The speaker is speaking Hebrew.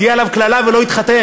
תהיה עליו קללה ולא יתחתן.